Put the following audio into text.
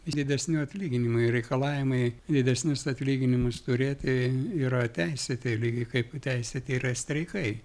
didesni atlyginimai reikalavimai didesnius atlyginimus turėti yra teisėti lygiai kaip teisėti yra ir streikai